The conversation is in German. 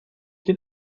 den